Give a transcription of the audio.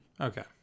Okay